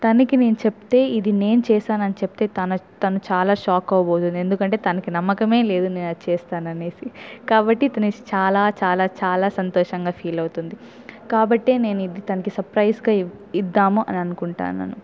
తనకి నేను చెప్తే ఇది నేను చేసాను అని చెప్తే తన్ తను చాలా షాక్ అవ్వబోతుంది ఎందుకంటే తనకి నమ్మకమే లేదు నేను అది చేస్తాననేసి కాబట్టి ఇది చాలా చాలా చాలా సంతోషంగా ఫీల్ అవుతుంది కాబట్టి నేను ఇది తనకి సర్ప్రైజ్గా ఇద్దాం అని అనుకుంటునాను